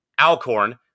Alcorn